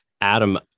Adam